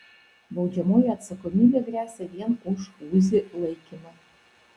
baudžiamoji atsakomybė gresia vien už uzi laikymą